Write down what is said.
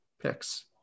picks